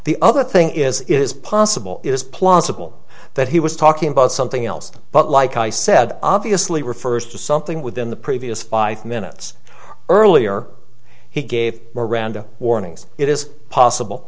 the other thing is is possible it is plausible that he was talking about something else but like i said obviously refers to something within the previous five minutes earlier he gave miranda warnings it is possible